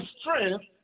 strength